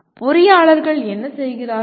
பொறியாளர்கள் என்ன செய்கிறார்கள்